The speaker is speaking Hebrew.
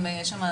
יש שם,